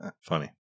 Funny